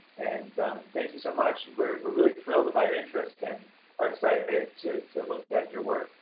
and thank you so much! we're we're really thrilled about your interest and are excited to to look at your work.